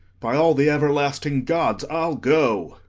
by all the everlasting gods, i'll go.